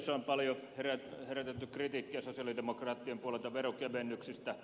tässä on paljon herätelty kritiikkiä sosialidemokraattien puolelta veronkevennyksistä